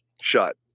shut